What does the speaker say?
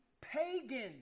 pagan